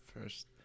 First